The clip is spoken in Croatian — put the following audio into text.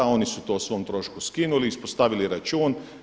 Oni su to o svom trošku skinuli, ispostavili račun.